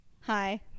hi